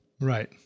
Right